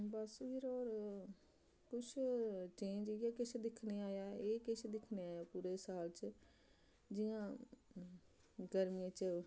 बस फिर होर कुछ चेंज इ'यै किश दिक्खने आया एह् किश दिक्खने आया पूरे साल च जि'यां गर्मियें च